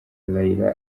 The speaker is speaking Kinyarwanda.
raila